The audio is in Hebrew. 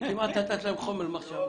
כמעט נתת להם חומר למחשבה...